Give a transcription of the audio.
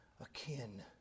akin